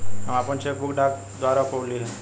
हम आपन cheque book डाक द्वारा पउली है